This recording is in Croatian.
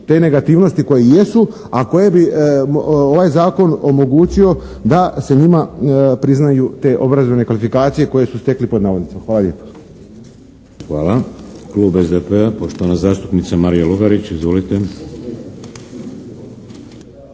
te negativnosti koje i jesu, a koje bi ovaj Zakon omogućio da se njima priznaju te obrazovne kvalifikacije koje su stekli pod navodnicima. Hvala lijepo. **Šeks, Vladimir (HDZ)** Hvala. Klub SDP-a, poštovana zastupnica Marija Lugarić. Izvolite.